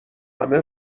همه